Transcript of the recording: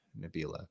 Nabila